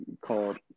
called